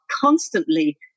constantly